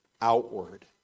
outward